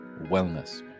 wellness